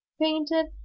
painted